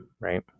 Right